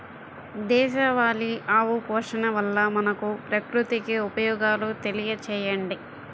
దేశవాళీ ఆవు పోషణ వల్ల మనకు, ప్రకృతికి ఉపయోగాలు తెలియచేయండి?